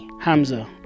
Hamza